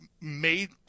made